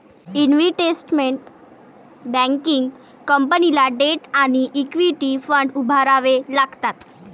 investment banking कंपनीला debt आणि equity fund उभारावे लागतात